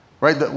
Right